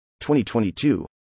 2022